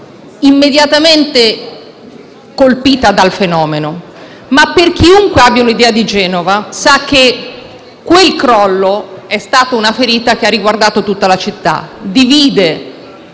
immediatamente colpita dal fenomeno, ma chiunque abbia un’idea di Genova sa che quel crollo è stata una ferita che ha riguardato tutta la città. Divide